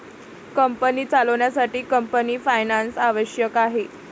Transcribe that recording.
company चालवण्यासाठी company finance आवश्यक आहे